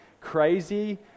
crazy